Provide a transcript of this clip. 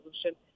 solution